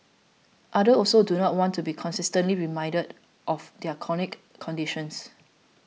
others also do not want to be constantly reminded of their chronic conditions